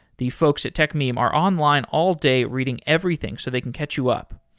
the folks at techmeme are online all day reading everything so they can catch you up.